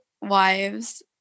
wives